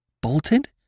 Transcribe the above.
bolted